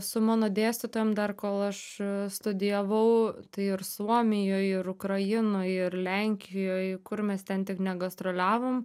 su mano dėstytojom dar kol aš studijavau tai ir suomijoj ir ukrainoj ir lenkijoj kur mes ten tik negastroliavom